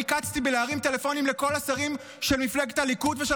אני קצתי בלהרים טלפונים לכל השרים של מפלגת הליכוד ושל